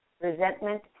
resentment